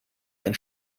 ein